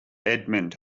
edmond